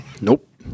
Nope